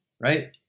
right